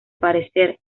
parecer